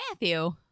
Matthew